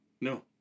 No